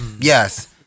Yes